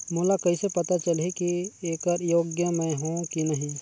मोला कइसे पता चलही की येकर योग्य मैं हों की नहीं?